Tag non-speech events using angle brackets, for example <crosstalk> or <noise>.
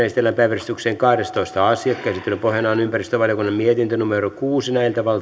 <unintelligible> esitellään päi väjärjestyksen kahdestoista asia käsittelyn pohjana on ympäristövaliokunnan mietintö kuusi